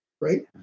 right